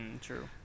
true